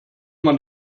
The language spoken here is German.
man